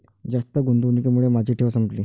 जास्त गुंतवणुकीमुळे माझी ठेव संपली